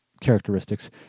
characteristics